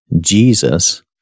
Jesus